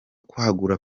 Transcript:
kwagura